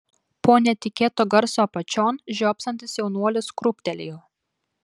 po netikėto garso apačion žiopsantis jaunuolis krūptelėjo